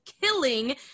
killing